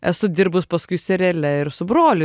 esu dirbus paskui seriale ir su broliu